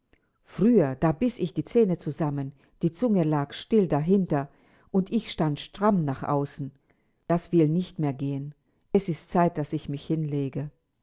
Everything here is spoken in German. früher da biß ich die zähne zusammen die zunge lag still dahinter und ich stand stramm nach außen das will nicht mehr gehen es ist zeit daß ich mich hinlege